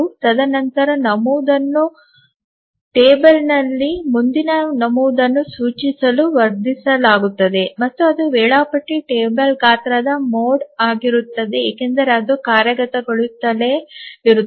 ತದನಂತರ ನಮೂದನ್ನು ಕೋಷ್ಟಕದಲ್ಲಿನ ಮುಂದಿನ ನಮೂದನ್ನು ಸೂಚಿಸಲು ವರ್ಧಿಸಲಾಗುತ್ತದೆ ಮತ್ತು ಅದು ವೇಳಾಪಟ್ಟಿ ಟೇಬಲ್ ಗಾತ್ರದ ಮೋಡ್ ಆಗಿರುತ್ತದೆ ಏಕೆಂದರೆ ಅದು ಕಾರ್ಯಗತಗೊಳಿಸುತ್ತಲೇ ಇರುತ್ತದೆ